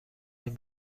این